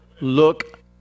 look